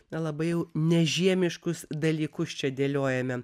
labai jau nežiemiškus dalykus čia dėliojame